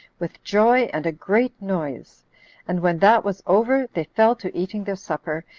with joy and a great noise and when that was over, they fell to eating their supper,